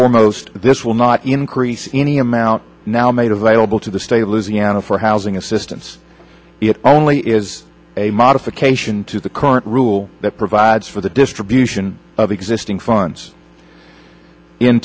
foremost this will not increase any amount now made available to the state of louisiana for housing assistance it only is a modification to the current rule that provides for the distribution of existing funds in